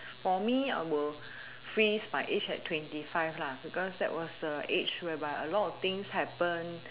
for me I will freeze my age at twenty five lah because that was the age where by a lot of things happened